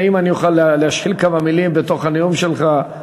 ואם אני אוכל להשחיל כמה מילים בתוך הנאום שלך,